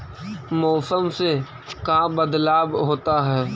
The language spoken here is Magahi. मौसम से का बदलाव होता है?